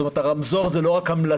זאת אומרת הרמזור זה לא רק המלצה,